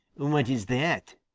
what is that?